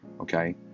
okay